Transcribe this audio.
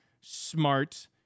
smart